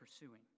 pursuing